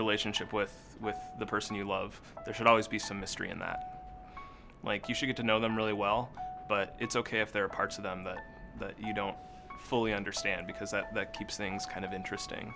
relationship with the person you love there should always be some mystery in that like you should get to know them really well but it's ok if there are parts of them that you don't fully understand because at that keeps things kind of interesting